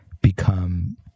become